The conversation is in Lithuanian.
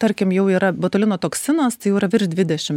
tarkim jau yra botulino toksinas tai yra virš dvidešim